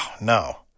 no